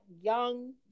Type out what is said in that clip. young